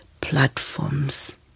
platforms